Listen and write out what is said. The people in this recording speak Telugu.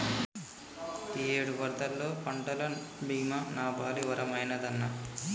ఇయ్యేడు వరదల్లో పంటల బీమా నాపాలి వరమైనాదన్నా